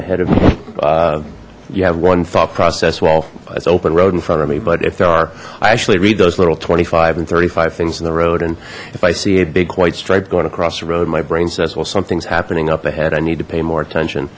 lane ahead of me you have one thought process well it's open road in front of me but if there are i actually read those little twenty five and thirty five things in the road and if i see a big white stripe going across the road my brain says well something's happening up ahead i need to pay more attention